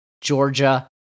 Georgia